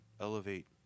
elevate